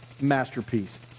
masterpiece